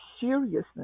seriousness